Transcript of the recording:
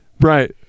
Right